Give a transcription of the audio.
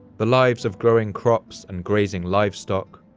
the lives of growing crops and grazing livestock,